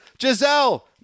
Giselle